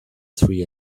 three